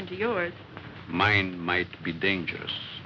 into your mind might be dangerous